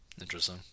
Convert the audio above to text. Interesting